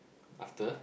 after